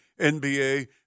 NBA